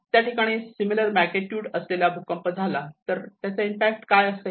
त्या ठिकाणी similar magnitude असलेला भूकंप झाला तर त्याचा इम्पॅक्ट काय असेल